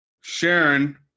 Sharon